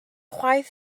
chwaith